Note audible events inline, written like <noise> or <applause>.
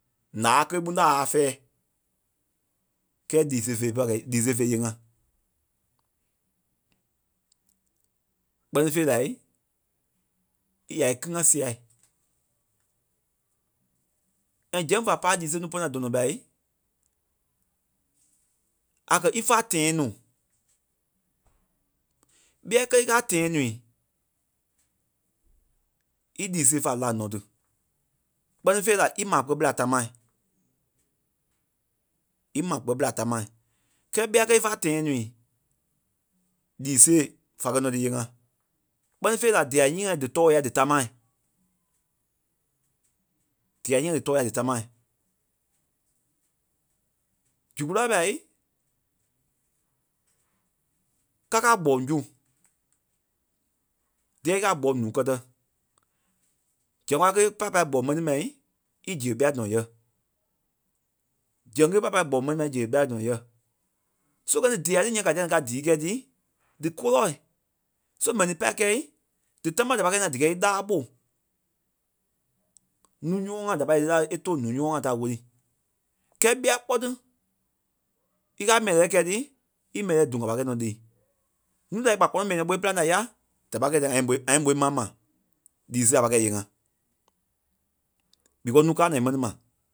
ǹáa ké kée kpúŋ láa aâ fɛ̀ɛ kɛ́ɛ lii sêe fé pâi kɛ̂i- lii sêe fé íyee ŋá. Kpɛ́ni fêi lai, ya í kíli ŋá siai. And zɛŋ va pá a lii sêe núu pɔ́naai dɔnɔ ɓai, a kɛ̀ ífe a tãa núu ɓíai kélee íkaa a tãa nuui ílii sêei fa laŋ nɔ́ tí. Kpɛ́ fêi la í maa kpɛ́ ɓela támaai, í maa kpɛ́ ɓela támaai, kɛ́ɛ ɓíai kée ífe a tãa nuui lii sêe fa kɛ́ nɔ́ tí íyee ŋá kpɛ́ni fêi, diai nyíi ŋai dí tɔɔ̂i yái dí támaai. Diai nyíi ŋai dí tɔɔ̂i yái dí támaai. Zu kulâi ɓai, kákaa gbɔŋ su dîɛi íkaa a gbɔŋ ǹuu kɛ́tɛ, zɛŋ kaoi kée <hesitation> pâi pâi gbɔŋ mɛni mai í ziɣe ɓia dɔnɔ yɛ̂, zɛŋ kaoi kée pâi pâi gbɔŋ mɛni mai í ziɣe ɓia dɔnɔ yɛ̂. So kɛ́ ní diai tí ǹyaŋ ka dîa ni ka díi kɛ̂i tî dí kôloɔi so mɛnii pâi kɛ́i dí támaa da pâi kɛ́i na díkɛ ílaa ɓó. Núu nyɔ́ŋɔɔ ŋa da pâi kɛ̂i ílaa ɓôi é tóo ǹuu nyɔ́ŋɔɔ ŋai tá wóli, kɛ́ɛ ɓíai kpɔ́ tí íkaa mɛi lélɛɛi kɛ̂i tí, í mɛi lɛ́lɛɛi duŋ a pâi kɛ̂i nɔ́ liî. Ǹuu da è gba kpɔ́nɔ mɛi nyɔ́ŋɔɔ ɓó é pîlaŋ la yá da pâi kɛ̂i dîa ŋa liî moi- ŋa liî moi maŋ mà lii sêe a pâi kɛ̂i íyee ŋá. ɓikɔ núu káa na í mɛni ma.